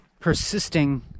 persisting